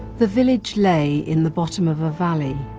the village lay in the bottom of a valley,